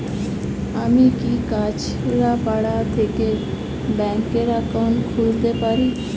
আমি কি কাছরাপাড়া থেকে ব্যাংকের একাউন্ট খুলতে পারি?